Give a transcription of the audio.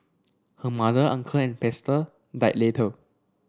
her mother uncle and pastor died later